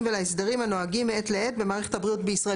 ולהסדרים הנוהגים מעת לעת במערכת הבריאות בישראל.